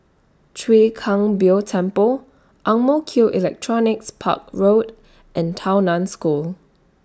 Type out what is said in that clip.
Chwee Kang Beo Temple Ang Mo Kio Electronics Park Road and Tao NAN School